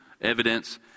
evidence